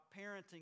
parenting